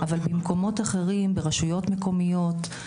אבל במקומות אחרים, ברשויות מקומיות,